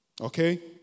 Okay